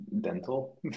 dental